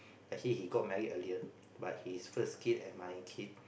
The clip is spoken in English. actually he got married earlier but his first kid and my kid